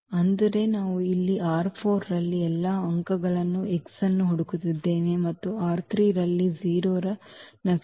ಅಂದರೆ ನಾವು ಇಲ್ಲಿ ರಲ್ಲಿ ಎಲ್ಲಾ ಅಂಕಗಳನ್ನು x ಅನ್ನು ಹುಡುಕುತ್ತಿದ್ದೇವೆ ಮತ್ತು ರಲ್ಲಿ 0 ರ ನಕ್ಷೆ